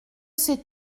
sais